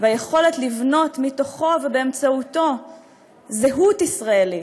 והיכולת לבנות מתוכו ובאמצעותו זהות ישראלית,